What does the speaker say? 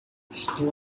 estou